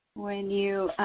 when you